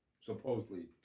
supposedly